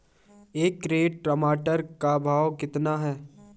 एक कैरेट टमाटर का भाव कितना है?